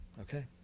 Okay